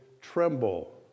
tremble